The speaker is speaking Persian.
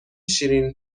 شیرین